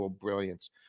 brilliance